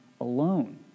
alone